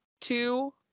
two